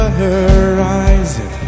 horizon